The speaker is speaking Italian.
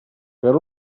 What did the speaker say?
per